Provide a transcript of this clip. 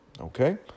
Okay